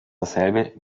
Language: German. dasselbe